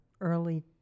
early